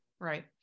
Right